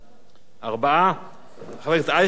חברי הכנסת אייכלר, זאב,